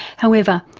however,